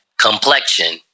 complexion